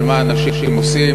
על מה שאנשים עושים,